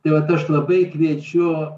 tai vat aš labai kviečiu